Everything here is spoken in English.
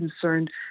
concerned